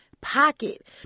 pocket